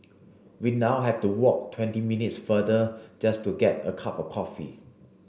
we now have to walk twenty minutes further just to get a cup of coffee